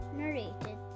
narrated